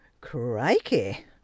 crikey